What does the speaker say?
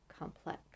complex